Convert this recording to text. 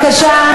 בבקשה,